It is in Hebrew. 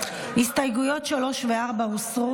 אנחנו מסיימים את סעיף 2. הסתייגויות 3 ו-4 הוסרו.